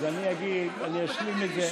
אני אשלים את זה